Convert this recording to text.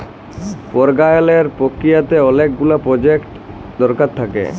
পরাগায়লের পক্রিয়াতে অলেক গুলা এজেল্ট দরকার থ্যাকে